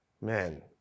man